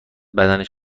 بدنش